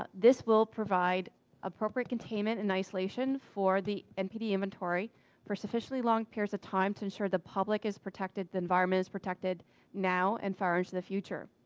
but this will provide appropriate containment, and isolation for the npd inventory for sufficiently long periods of time to ensure the public is protected, the environment is protected now, and far into the future.